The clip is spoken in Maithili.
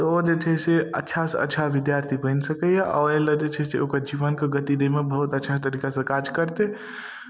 तऽ ओ जे छै से अच्छा सँ अच्छा विद्यार्थी बनि सकैय आओर अइलए जे छै से ओकर जीवनके गति दैमे बहुत अच्छा तरीकासँ काज करतै